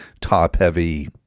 top-heavy